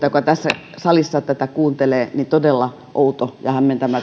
joka tässä salissa tätä kuuntelee näkökulmasta todella outo ja